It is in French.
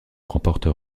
remporte